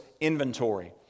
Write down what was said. inventory